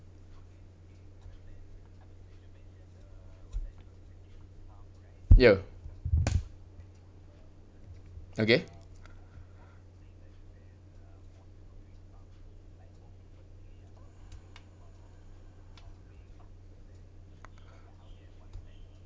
ya okay